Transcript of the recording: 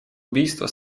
убийства